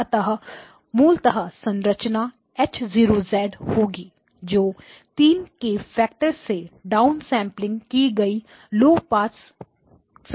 अतः मूलतः संरचना H 0 होगी जो 3 के फैक्टर से डाउनसेंपलिंग की गई लौ पास फिल्टर प्रणाली है